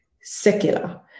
secular